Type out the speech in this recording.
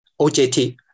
OJT